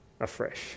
afresh